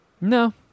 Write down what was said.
No